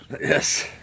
Yes